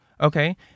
Okay